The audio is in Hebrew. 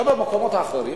וגם במקומות האחרים,